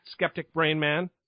skepticbrainman